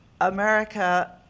America